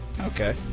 Okay